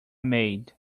maid